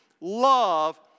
love